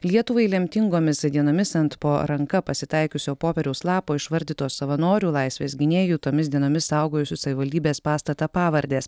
lietuvai lemtingomis dienomis ant po ranka pasitaikiusio popieriaus lapo išvardytos savanorių laisvės gynėjų tomis dienomis saugojusių savivaldybės pastatą pavardės